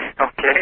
Okay